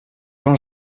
jean